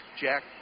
Jack